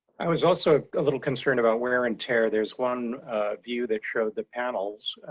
i was also a little concerned about wear and tear. there's one view that showed the panels.